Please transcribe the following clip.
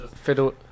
Fiddle